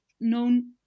known